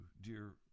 dear